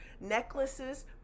necklaces